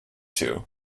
two